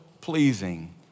pleasing